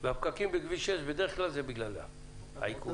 הפקקים בכביש 6 בדרך כלל זה בגללם, העיכובים.